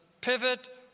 pivot